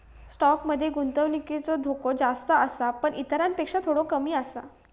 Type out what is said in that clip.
stock मध्ये गुंतवणुकीत धोको जास्त आसा पण इतरांपेक्षा थोडो कमी आसा